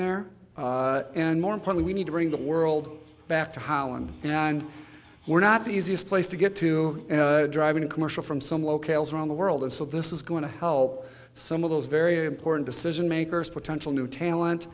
there and more important we need to bring the world back to holland and we're not the easiest place to get to drive in commercial from some locales around the world and so this is going to help some of those very important decision makers potential new talent